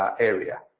ah area.